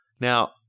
Now